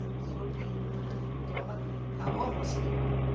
european dollar are almost equal.